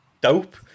dope